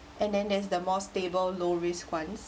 and then there's the more stable low risk once